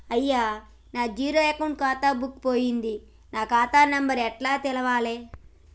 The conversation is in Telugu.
అయ్యా నా జీరో అకౌంట్ ఖాతా బుక్కు పోయింది నా ఖాతా నెంబరు ఎట్ల తెలవాలే?